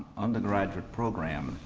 undergraduate program,